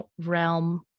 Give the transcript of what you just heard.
realm